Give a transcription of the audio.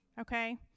okay